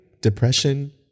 depression